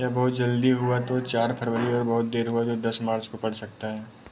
यह बहुत जल्दी हुआ तो चार फरवरी और बहुत देर हुआ तो दस मार्च को पड़ सकता है